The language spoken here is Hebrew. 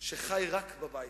כל כך הרבה פליק-פלאק,